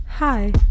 Hi